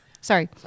Sorry